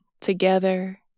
together